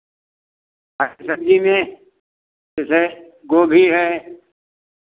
अब गर्मी में जो है गोभी है